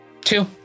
Two